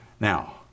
Now